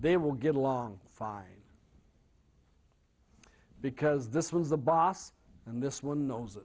they will get along fine because this one is the boss and this one knows